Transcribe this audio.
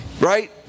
right